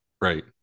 Right